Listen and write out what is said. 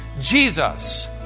Jesus